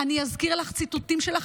אני אזכיר לך ציטוטים שלך.